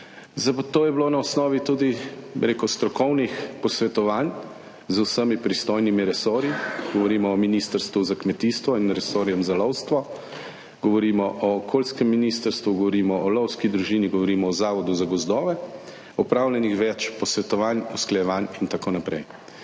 to je bilo na osnovi tudi strokovnih posvetovanj z vsemi pristojnimi resorji, govorimo o Ministrstvu za kmetijstvo in resorjem za lovstvo, govorimo o okolijskem ministrstvu, govorimo o lovski družini, govorimo o Zavodu za gozdove, opravljenih več posvetovanj, usklajevanj, itn.